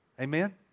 Amen